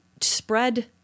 spread